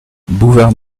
bouvard